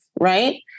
right